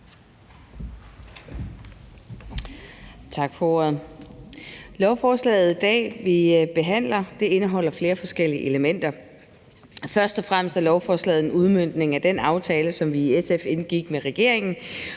Tak for ordet. Lovforslaget, vi behandler i dag, indeholder flere forskellige elementer. Først og fremmest er lovforslaget en udmøntning af den aftale, som vi i SF indgik med regeringen